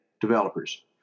developers